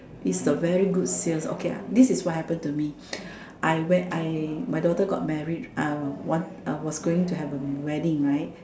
is a very good sale okay this is what happen to me I I my daughter got married was going to have a wedding right